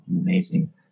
amazing